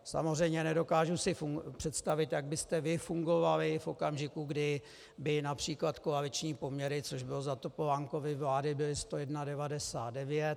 Samozřejmě nedokážu si představit, jak byste vy fungovali v okamžiku, kdy by například koaliční poměry, což bylo za Topolánkovy vlády, byly 101:99.